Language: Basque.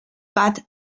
bat